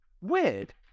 weird